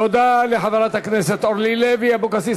תודה לחברת הכנסת אורלי לוי אבקסיס.